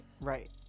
right